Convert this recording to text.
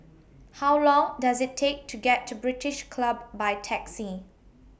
How Long Does IT Take to get to British Club By Taxi